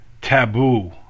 taboo